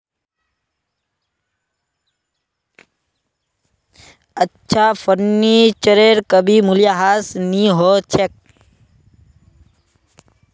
अच्छा फर्नीचरेर कभी मूल्यह्रास नी हो छेक